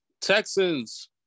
Texans